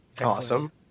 Awesome